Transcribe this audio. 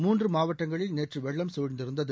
மூன்று மாவட்டங்களில் நேற்று வெள்ளம் சூழ்ந்திருந்தது